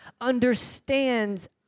understands